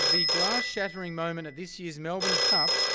the glass shattering moment at this year's melbourne cup.